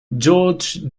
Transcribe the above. george